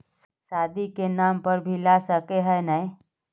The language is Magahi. शादी के नाम पर भी ला सके है नय?